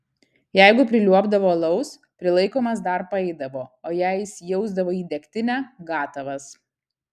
jeigu priliuobdavo alaus prilaikomas dar paeidavo o jei įsijausdavo į degtinę gatavas